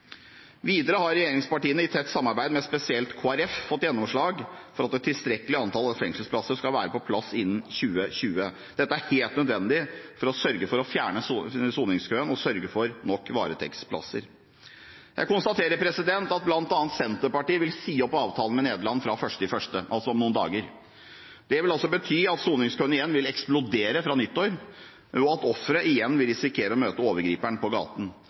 Videre har regjeringspartiene i tett samarbeid med spesielt Kristelig Folkeparti fått gjennomslag for at et tilstrekkelig antall fengselsplasser skal være på plass innen 2020. Dette er helt nødvendig for å fjerne soningskøen og sørge for nok varetektsplasser. Jeg konstaterer at bl.a. Senterpartiet vil si opp avtalen med Nederland fra 1. januar, altså om noen dager. Det vil bety at soningskøene igjen vil eksplodere, fra nyttår, og at ofre igjen vil risikere å møte overgriperen på gaten.